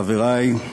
חברי,